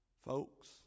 Folks